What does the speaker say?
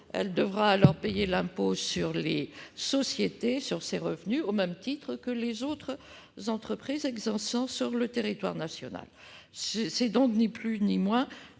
Elle devra alors payer l'impôt sur les sociétés sur ces revenus, au même titre que les autres entreprises exerçant sur le territoire national. Il s'agit donc, ni plus ni moins,